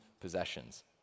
possessions